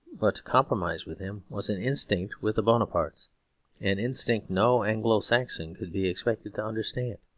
but to compromise with him, was an instinct with the bonapartes an instinct no anglo-saxon could be expected to understand.